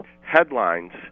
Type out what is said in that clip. Headlines